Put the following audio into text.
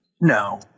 No